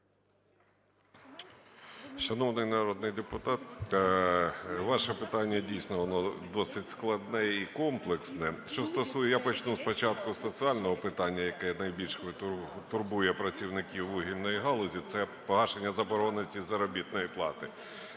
Шановний народний депутат, ваше питання, дійсно, воно досить складне і комплексне. Я почну спочатку з соціального питання, яке найбільш турбує працівників вугільної галузі, – це погашення заборгованості із заробітної плати.